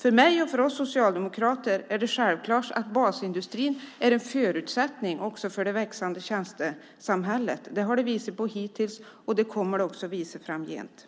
För mig och för oss socialdemokrater är det självklart att basindustrin är en förutsättning för det växande tjänstesamhället. Det har visat sig hittills och det kommer att visa sig framgent.